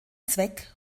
zweck